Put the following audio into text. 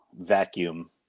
vacuum